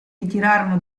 ritirarono